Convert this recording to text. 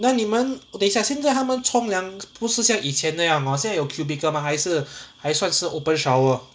那你们等一下现在他们冲凉不是像以前那样现在有 cubical mah 还是还算是 open shower